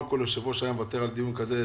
לא כל יושב ראש היה מוותר על דיון כזה,